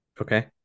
okay